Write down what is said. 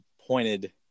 pointed